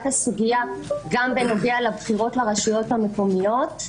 הסוגיה גם בנוגע לבחירות לרשויות המקומיות.